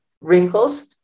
wrinkles